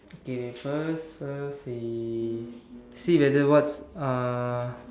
okay K first first we see whether what's uh